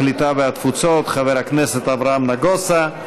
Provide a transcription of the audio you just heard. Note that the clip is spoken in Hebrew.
הקליטה והתפוצות חבר הכנסת אברהם נגוסה,